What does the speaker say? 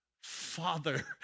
Father